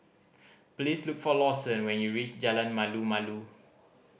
please look for Lawson when you reach Jalan Malu Malu